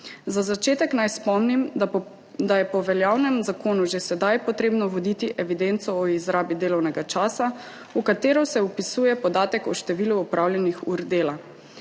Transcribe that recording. Za začetek naj spomnim, da je po veljavnem zakonu že sedaj potrebno voditi evidenco o izrabi delovnega časa, v katero se vpisuje podatek o številu opravljenih ur dela.